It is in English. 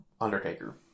Undertaker